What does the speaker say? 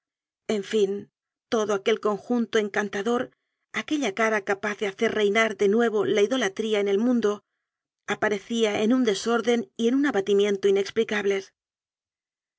en fin todo aquel conjunto encantador aquella cara capaz de hacer reinar de nuevo la idolatría en el mundo aparecía en un desorden y un abatimien to inexplicables